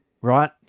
right